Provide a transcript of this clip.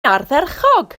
ardderchog